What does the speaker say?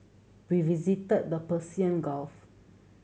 we visited the Persian Gulf